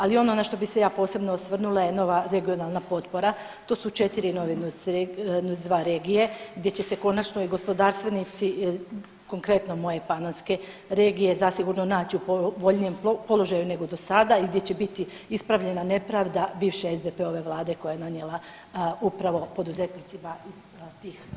Ali ono na što bih se ja posebice osvrnula je nova regionalna potpora, to su četiri nove NUTS 2 regije gdje će se konačno i gospodarstvenici konkretno moje Panonske regije zasigurno naći u povoljnijem položaju nego do sada i gdje će biti ispravljena nepravda bivše SDP-ove vlade koja je nanijela upravo poduzetnicima tih regija.